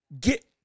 get